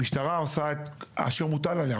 המשטרה עושה את אשר מוטל עליה,